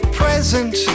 present